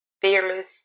Fearless